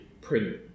print